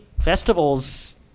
festivals